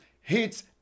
hits